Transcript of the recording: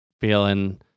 feeling